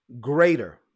greater